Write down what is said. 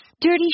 dirty